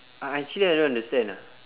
uh actually I don't understand ah